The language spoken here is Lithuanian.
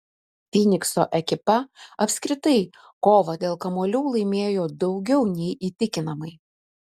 fynikso ekipa apskritai kovą dėl kamuolių laimėjo daugiau nei įtikinamai